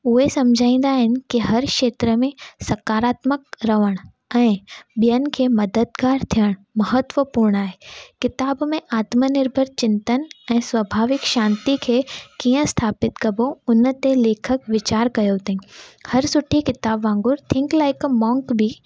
उहे सम्झाईंदा आहिनि की हर खेत्र में सकारात्मक रहण ऐं ॿियनि खे मददगार थियनि महत्वपूर्ण आहे किताब में आत्मनिर्भर चिंतनि ऐं स्वभाविक शांति खे कीअं स्थापित कबो उनते लेखक विचार कयो अथईं हर सुठी किताब वांगुर थिंक लाइक अ मॉन्क बि